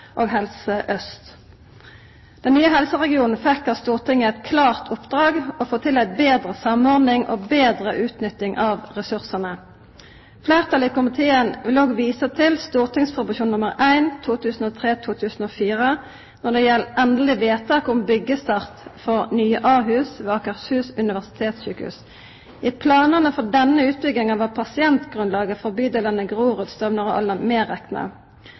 og Helse Øst. Den nye helseregionen fekk av Stortinget eit klart oppdrag, å få til ei betre samordning og betre utnytting av ressursane. Fleirtalet i komiteen vil òg visa til St.prp. nr. 1 for 2003–2004 når det gjeld endeleg vedtak om byggjestart for nye Ahus ved Akershus univsersitetssykehus. I planane for denne utbygginga var pasientgrunnlaget til bydelane Grorud, Stovner og Alna medrekna.